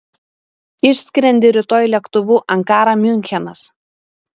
išskrendi rytoj lėktuvu ankara miunchenas